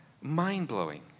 mind-blowing